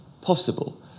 possible